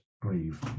grieve